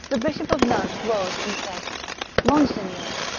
the bishop of nantes rose and said mon seigneur,